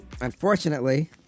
unfortunately